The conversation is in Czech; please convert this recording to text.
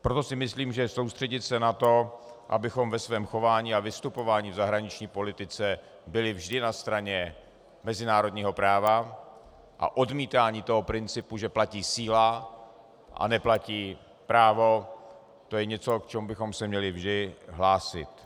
Proto si myslím, že soustředit se na to, abychom ve svém chování a vystupování v zahraniční politice byli vždy na straně mezinárodního práva a odmítání toho principu, že platí síla a neplatí právo, to je něco, k čemu bychom se měli vždy hlásit.